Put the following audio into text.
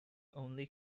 only